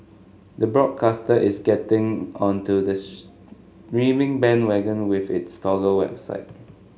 the broadcaster is getting onto the streaming bandwagon with its Toggle website